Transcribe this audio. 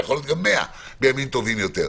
ויכול להיות גם 100 בימים טובים יותר.